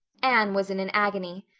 anne was in an agony.